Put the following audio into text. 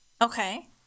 Okay